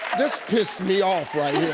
this pissed me off right here.